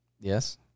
Yes